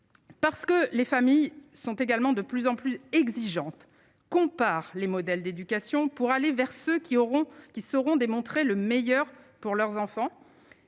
parce que les familles sont également de plus en plus exigeantes, compare les modèles d'éducation pour aller vers ceux qui auront, qui seront démontrer le meilleur pour leurs enfants,